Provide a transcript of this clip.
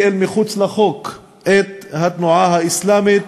אל מחוץ לחוק את התנועה האסלאמית,